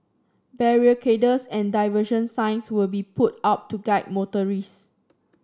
barricades and diversion signs will be put up to guide motorist